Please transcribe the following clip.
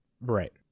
Right